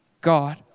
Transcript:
God